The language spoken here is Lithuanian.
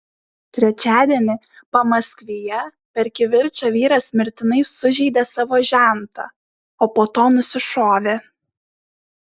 trečiadienį pamaskvyje per kivirčą vyras mirtinai sužeidė savo žentą o po to nusišovė